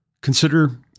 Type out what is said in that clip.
consider